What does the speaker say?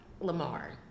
lamar